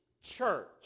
church